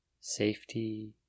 Safety